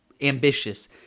ambitious